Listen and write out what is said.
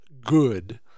good